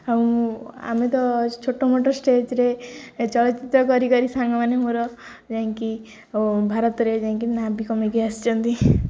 ଆଉ ଆମେ ତ ଛୋଟ ମୋଟ ଷ୍ଟେଜ୍ରେ ଚଳଚ୍ଚିତ୍ର କରିିକରି ସାଙ୍ଗମାନେ ମୋର ଯାଇକି ଭାରତରେ ଯାଇକି ନାଁ ବି କମେଇିକି ଆସିଛନ୍ତି